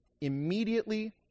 immediately